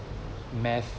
math